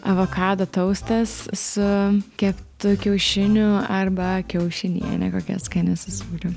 avokado taustas su keptu kiaušiniu arba kiaušiniene kokia skani sūriu